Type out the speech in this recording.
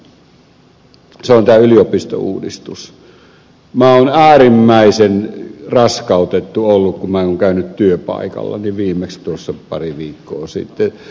minä olen äärimmäisen raskautettu ollut kun olen käynyt työpaikallani viimeksi pari viikkoa sitten